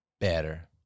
better